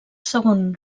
segon